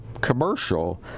commercial